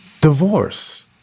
divorce